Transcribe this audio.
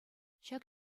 ҫак